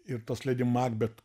ir tos ledi makbet